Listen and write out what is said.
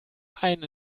einen